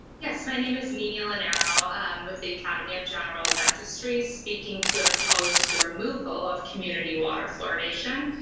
yes, my name is ninia linero. i'm with the academy of general dentistry speaking to oppose the removal of community water fluoridation.